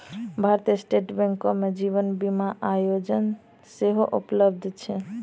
भारतीय स्टेट बैंको मे जीवन बीमा योजना सेहो उपलब्ध छै